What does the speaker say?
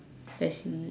I see